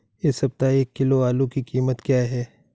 इस सप्ताह एक किलो आलू की कीमत क्या है?